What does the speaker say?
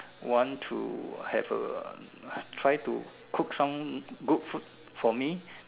want to have a try to cook some good food for me